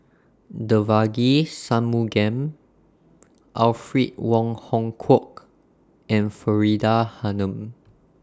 Devagi Sanmugam Alfred Wong Hong Kwok and Faridah Hanum